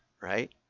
right